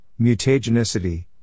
mutagenicity